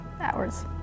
hours